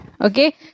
Okay